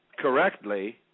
correctly